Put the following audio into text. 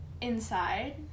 Inside